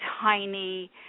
tiny